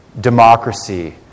democracy